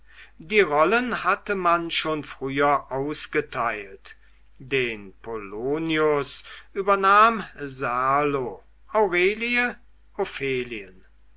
die rollen hatte man schon früher ausgeteilt den polonius übernahm serlo aurelie